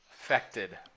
affected